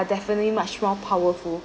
definitely much more powerful